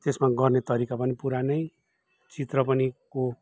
त्यसमा गर्ने तरिका पनि पुरानै चित्र पनि को